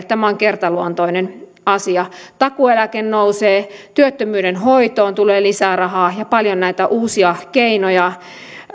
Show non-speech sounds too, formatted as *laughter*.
*unintelligible* tämä on kertaluontoinen asia takuueläke nousee työttömyyden hoitoon tulee lisää rahaa ja paljon näitä uusia keinoja